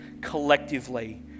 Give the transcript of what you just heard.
collectively